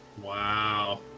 Wow